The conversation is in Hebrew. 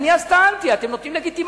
ואני אז טענתי: אתם נותנים לגיטימציה.